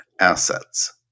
assets